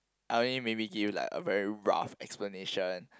I only maybe give you like a very rough explanation